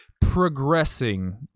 progressing